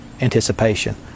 anticipation